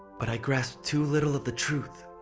but i grasp too little of the truth,